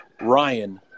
Ryan